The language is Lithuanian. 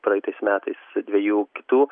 praeitais metais dviejų kitų